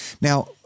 Now